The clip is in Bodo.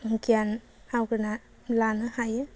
गियान आवग्रिना लानो हायो